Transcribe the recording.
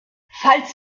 falls